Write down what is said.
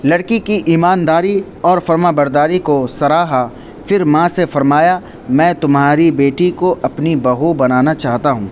لڑکی کی ایمانداری اور فرما برداری کو سراہا پھر ماں سے فرمایا میں تمہاری بیٹی کو اپنی بہو بنانا چاہتا ہوں